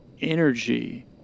Energy